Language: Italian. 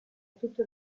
tutto